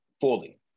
fully